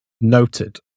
Noted